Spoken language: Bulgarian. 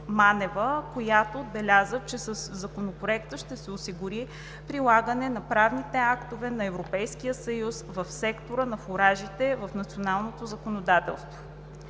която отбеляза, че със Законопроекта ще се осигури прилагането на правните актове на Европейския съюз в сектора на фуражите в националното законодателство.